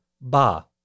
ba